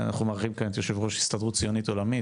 אנחנו מארחים כאן את יושב ראש ההסתדרות הציונית העולמית,